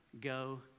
go